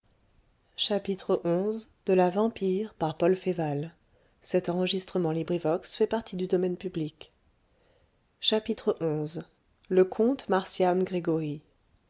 suis le comte marcian gregoryi